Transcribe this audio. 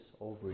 over